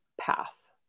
path